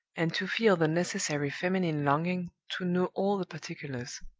and to feel the necessary feminine longing to know all the particulars.